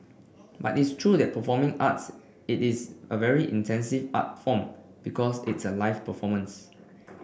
but it's true that performing arts it is a very intensive art form because it's a live performance